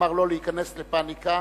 שאמר לא להיכנס לפניקה,